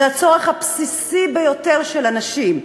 זה הצורך הבסיסי ביותר של אנשים,